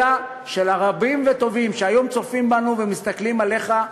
אלא של רבים וטובים שהיום צופים בנו ומסתכלים עליך.